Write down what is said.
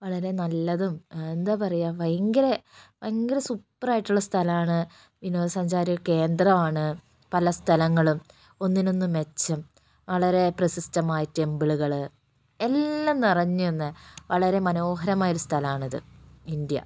വളരെ നല്ലതും എന്താ പറയുക ഭയങ്കര ഭയങ്കര സൂപ്പർ ആയിട്ടുള്ള സ്ഥലമാണ് വിനോദ സഞ്ചാരകേന്ദ്രമാണ് പല സ്ഥലങ്ങളും ഒന്നിനൊന്നു മെച്ചം വളരെ പ്രശസ്തമായ ടെമ്പിളുകള് എല്ലാം നിറഞ്ഞുനിന്ന വളരെ മനോഹരമായ ഒരു സ്ഥലമാണിത് ഇന്ത്യ